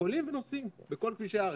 יכולים ונוסעים בכל כבישי הארץ.